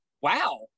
wow